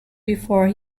before